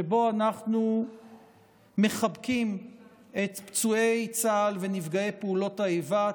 שבו אנחנו מחבקים את פצועי צה"ל ונפגעי פעולות האיבה,